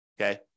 Okay